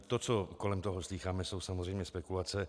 To, co kolem toho slýcháme, jsou samozřejmě spekulace.